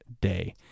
day